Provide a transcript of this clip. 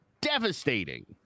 devastating